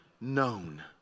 known